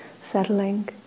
settling